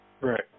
Right